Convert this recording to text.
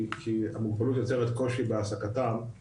כי המוגבלות יוצרת קושי בהעסקתם,